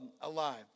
alive